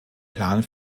plan